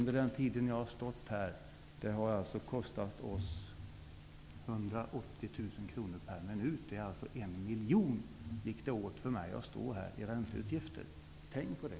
Den tid som jag har stått här har kostat oss 180 000 kronor per minut. Det blir alltså en miljon som gick åt i ränteutgifter medan jag stod här. Tänk på det!